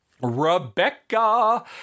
Rebecca